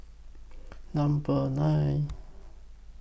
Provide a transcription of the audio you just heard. Number nine